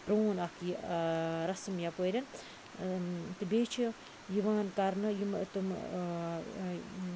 پرون اکھ یہِ رسم یَپٲرۍ تہٕ بیٚیہِ چھ یِوان کَرنہٕ یِم تِم